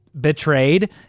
betrayed